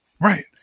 Right